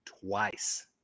twice